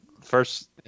first